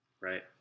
right